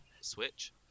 Switch